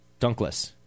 Dunkless